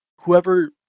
whoever